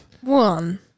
One